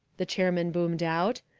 the chairman boomed out.